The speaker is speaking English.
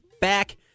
back